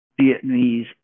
Vietnamese